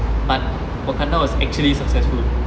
but wakanda was actually successful